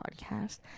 podcast